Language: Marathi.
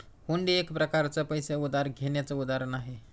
हुंडी एक प्रकारच पैसे उधार घेण्याचं उदाहरण आहे